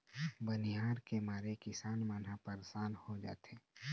बनिहार के मारे किसान मन ह परसान हो जाथें